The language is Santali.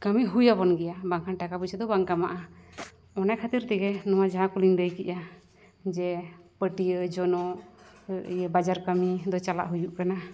ᱠᱟᱹᱢᱤ ᱦᱩᱭ ᱟᱵᱚᱱ ᱜᱮᱭᱟ ᱵᱟᱝᱠᱷᱟᱱ ᱴᱟᱠᱟ ᱯᱩᱭᱥᱟᱹ ᱫᱚ ᱵᱟᱝ ᱠᱟᱢᱟᱜᱼᱟ ᱚᱱᱟ ᱠᱷᱟᱹᱛᱤᱨ ᱛᱮᱜᱮ ᱱᱚᱣᱟ ᱡᱟᱦᱟᱸ ᱠᱚᱞᱤᱧ ᱞᱟᱹᱭ ᱠᱮᱫᱟ ᱡᱮ ᱯᱟᱹᱴᱤᱭᱟᱹ ᱡᱚᱱᱚᱜ ᱤᱭᱟᱹ ᱵᱟᱡᱟᱨ ᱠᱟᱹᱢᱤ ᱫᱚ ᱪᱟᱞᱟᱜ ᱦᱩᱭᱩᱜ ᱠᱟᱱᱟ